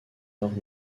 nord